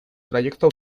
trayecto